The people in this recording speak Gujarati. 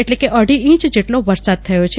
એટલે કે અઢી ઈંચ જેટલો વરસાદ વરસ્યો છે